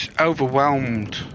Overwhelmed